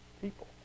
people